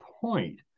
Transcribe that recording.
point